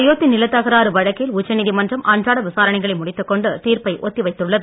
அயோத்தி நிலத் தகராறு வழக்கில் உச்சநீதிமன்றம் அன்றாட விசாரணைகளை முடித்துக் கொண்டு தீர்ப்பை ஒத்திவைத்துள்ளது